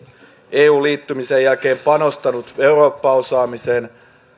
euhun liittymisen jälkeen panostanut eurooppa osaamiseen